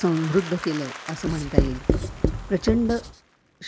समृद्ध केलं आहे असं म्हणता येईल प्रचंड